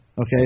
okay